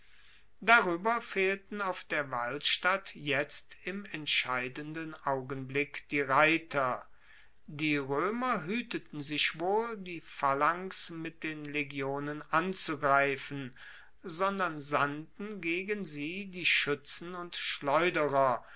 darueber fehlten auf der walstatt jetzt im entscheidenden augenblick die reiter die roemer hueteten sich wohl die phalanx mit den legionen anzugreifen sondern sandten gegen sie die schuetzen und schleuderer